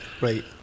right